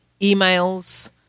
emails